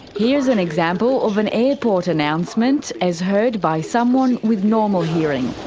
here's an example of an airport announcement as heard by someone with normal hearing.